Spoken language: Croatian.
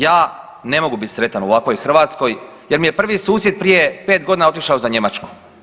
Ja ne mogu bit sretan u ovakvoj Hrvatskoj jer mi je prvi susjed prije 5.g. otišao za Njemačku.